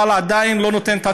אבל זה עדיין לא נותן את התשובה.